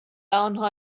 آنها